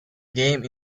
game